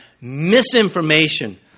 misinformation